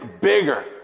bigger